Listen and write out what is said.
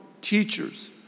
teachers